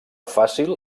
fàcil